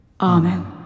Amen